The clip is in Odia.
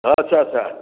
ହଁ ଆଚ୍ଛା ଆଚ୍ଛା